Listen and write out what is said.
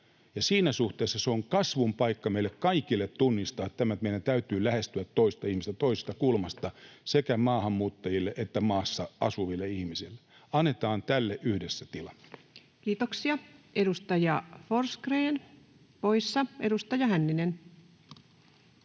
Siinä suhteessa se on kasvun paikka meille kaikille tunnistaa tämä, että meidän täytyy lähestyä toista ihmistä toisesta kulmasta, sekä maahanmuuttajille että maassa asuville ihmisille. Annetaan tälle yhdessä tila. Kiitoksia. — Edustaja Forsgrén, poissa. — Edustaja Hänninen.